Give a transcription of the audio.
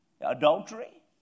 Adultery